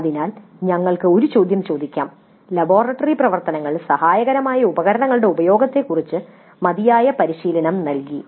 അതിനാൽ ഞങ്ങൾക്ക് ഒരു ചോദ്യം ചോദിക്കാം "ലബോറട്ടറി പ്രവർത്തനങ്ങളിൽ സഹായകരമായ ഉപകരണങ്ങളുടെ ഉപയോഗത്തെക്കുറിച്ച് മതിയായ പരിശീലനം നൽകി